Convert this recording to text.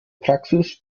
praxis